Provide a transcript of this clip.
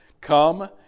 come